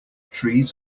trees